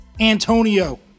Antonio